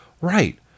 right